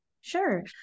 Sure